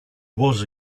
was